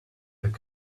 their